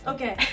Okay